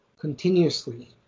continuously